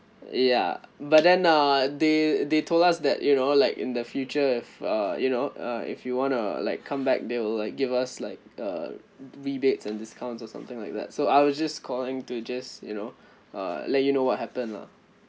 ya but then uh they they told us that you know like in the future if uh you know uh if you wanna like come back they will like give us like uh rebates and discounts or something like that so I was just calling to just you know uh let you know what happened lah